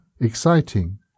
exciting